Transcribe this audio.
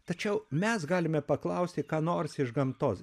tačiau mes galime paklausti ką nors iš gamtos